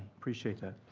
appreciate ah